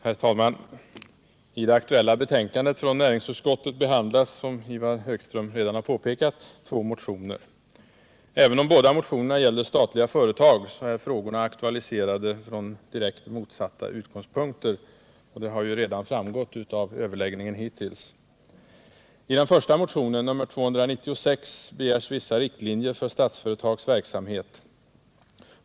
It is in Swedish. Herr talman! I det aktuella betänkandet från näringsutskottet behandlas, som Ivar Högström redan har påpekat, två motioner. Även om båda motionerna gäller statliga företag är frågorna aktualiserade från direkt motsatta utgångspunkter. Det har redan framgått av överläggningen hittills. I den första motionen, nr 296, begärs vissa riktlinjer för Statsföretags verksamhet.